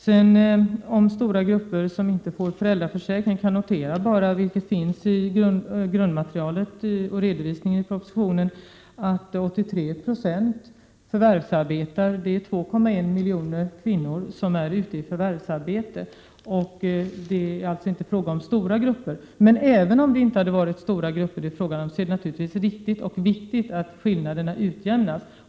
Beträffande stora grupper som inte skulle få del av föräldraförsäkringen kan jag bara notera — vilket anges i redovisningen i propositionen — att 83 96 förvärvsarbetar och att 2,1 miljoner kvinnor är ute i förvärvsarbete. Det handlar alltså inte om stora grupper. Men även om det hade varit stora grupper är det naturligtvis viktigt och riktigt att skillnaderna utjämnas.